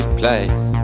place